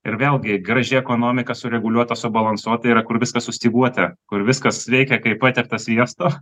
ir vėlgi graži ekonomika sureguliuota subalansuota yra kur viskas sustyguota kur viskas veikia kaip patepta sviesto